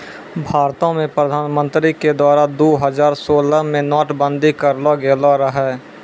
भारतो मे प्रधानमन्त्री के द्वारा दु हजार सोलह मे नोट बंदी करलो गेलो रहै